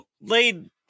laid